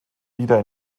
wieder